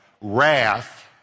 wrath